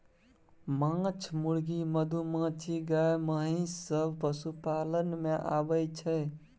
माछ, मुर्गी, मधुमाछी, गाय, महिष सब पशुपालन मे आबय छै